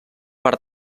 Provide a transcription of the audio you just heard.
per